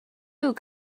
could